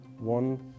one